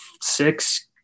six